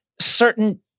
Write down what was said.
certain